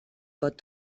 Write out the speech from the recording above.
pot